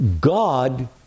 God